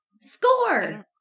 Score